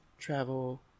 Travel